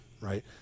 right